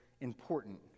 important